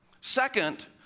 Second